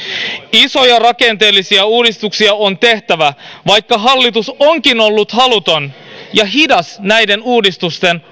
isoja rakenteellisia uudistuksia on tehtävä vaikka hallitus onkin ollut haluton ja hidas näiden uudistusten